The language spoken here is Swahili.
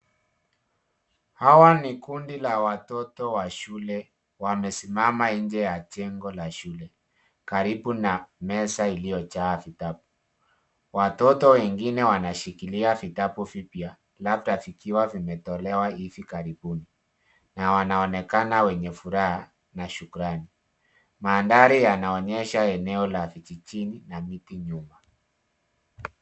Hawa ni kundi la watoto wa shule wamesimama nje ya jengo la shule, karibu na meza iliyojaa vitabu. Watoto wengine wanashikilia vikapu vipya, labda vikiwa vimetolewa hivi karibuni na wanaonekana wenye furaha na shukrani. Mandhari yanaonyesha eneo la vijijini na miti nyuma.